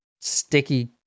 sticky